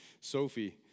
Sophie